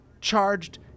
charged